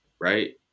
right